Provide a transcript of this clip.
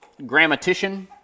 grammatician